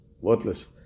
worthless